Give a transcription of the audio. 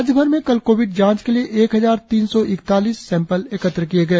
राज्यभर में कल कोविड जांच के लिए एक हजार तीन सौ इकतालीस सैपंल एकत्र किए गए